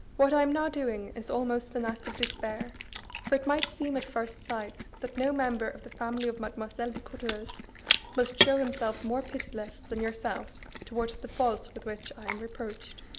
what i am now doing is almost an act of despair for it might seem at first sight that no member of the family of mademoiselle de courteheuse must show himself more pitiless than yourself towards the faults with which i am reproached.